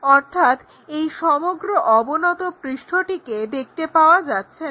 অর্থাৎ এই সমগ্র অবনত পৃষ্ঠটিকে দেখতে পাওয়া যাচ্ছে না